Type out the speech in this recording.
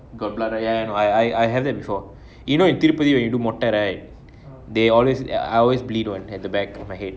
got blood right ya ya I have that before you know Tirupati மொட்டைடேய்:thirupathi mottaidei they always I always bleed one at the back of my head